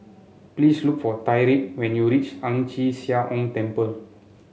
please look for Tyrique when you reach Ang Chee Sia Ong Temple